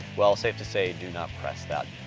well, safe to say, do not press that,